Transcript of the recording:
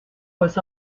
was